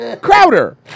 Crowder